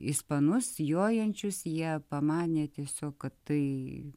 ispanus jojančius jie pamanė tiesiog kad tai